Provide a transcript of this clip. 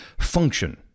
function